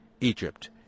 Egypt